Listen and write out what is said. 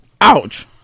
ouch